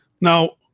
Now